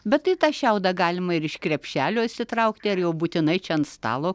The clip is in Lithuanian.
bet tai tą šiaudą galima ir iš krepšelio išsitraukti ar jau būtinai čia ant stalo